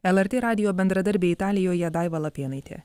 lrt radijo bendradarbė italijoje daiva lapėnaitė